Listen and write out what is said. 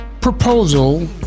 proposal